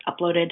uploaded